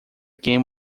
game